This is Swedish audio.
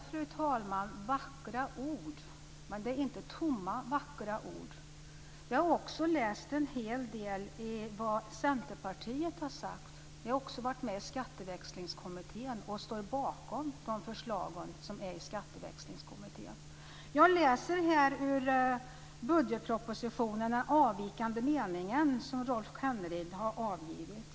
Fru talman! Vackra ord, men det är inte tomma vackra ord. Jag har också läst en hel del om vad Centerpartiet har sagt. Jag har också varit med i Skatteväxlingskommittén, och jag står bakom de förslag som har lagts fram. I budgetpropositionen finns en avvikande mening som Rolf Kenneryd har avgivit.